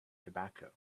tobacco